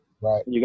Right